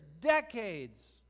decades